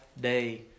day